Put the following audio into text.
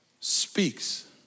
speaks